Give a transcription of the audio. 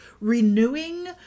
renewing